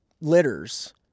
litters